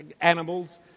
animals